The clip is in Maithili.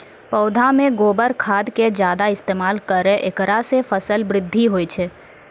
पौधा मे गोबर खाद के ज्यादा इस्तेमाल करौ ऐकरा से फसल बृद्धि होय छै?